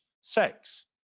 sex